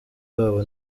babo